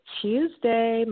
tuesday